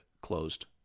closed